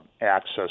access